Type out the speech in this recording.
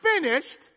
finished